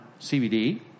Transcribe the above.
CBD